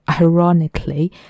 ironically